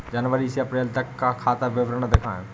जनवरी से अप्रैल तक का खाता विवरण दिखाए?